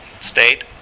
state